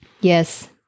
Yes